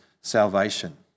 salvation